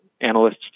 analysts